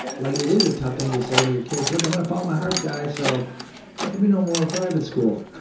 like it is a tough thing to say to your kids, look, i'm gonna follow my heart guys so maybe no more private school.